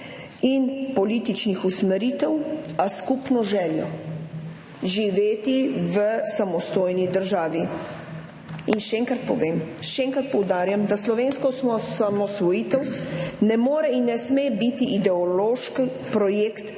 in političnih usmeritev, a s skupno željo – živeti v samostojni državi. In še enkrat povem, še enkrat poudarjam, da slovenska osamosvojitev ne more in ne sme biti ideološki projekt